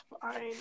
fine